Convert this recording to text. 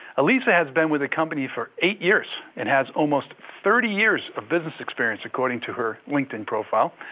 elissa has been with the company for eight years, and has almost thirty years of business experience according to her linkedin profile.